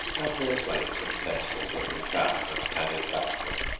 and their slates and pencils had been found and handed back to them,